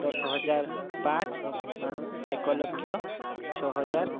ଦଶହଜାର ପାଞ୍ଚ ଏକଲକ୍ଷ ଛଅହଜାର